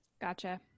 Gotcha